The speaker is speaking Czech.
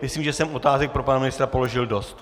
Myslím, že jsem otázek pro pana ministra položil dost.